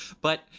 but-